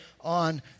on